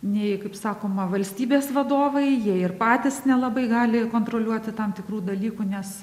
nei kaip sakoma valstybės vadovai jie ir patys nelabai gali kontroliuoti tam tikrų dalykų nes